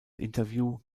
interview